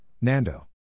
Nando